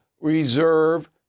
reserve